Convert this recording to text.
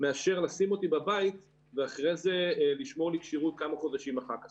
מאשר לשים אותי בבית ואחרי זה לשמור לי כשירות כמה חודשים אחר כך.